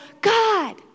God